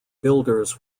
builders